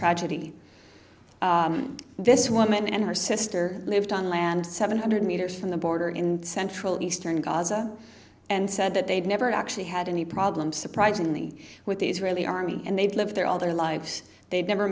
tragedy this woman and her sister lived on land seven hundred meters from the border in central eastern gaza and said that they've never actually had any problems surprisingly with the israeli army and they've lived there all their lives they've never